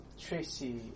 Tracy